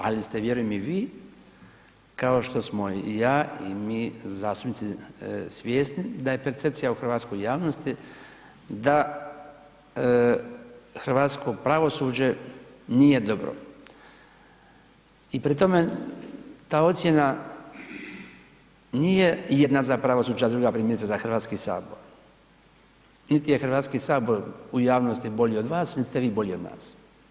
Ali ste vjerujem i vi kao što smo ja i mi zastupnici svjesni da je percepcija u hrvatskoj javnosti da hrvatsko pravosuđe nije dobra i pri tome ta ocjena nije jedna ... primjerice za Hrvatski sabor niti je Hrvatski sabor u javnosti bolji od vas niti ste vi bolji od nas.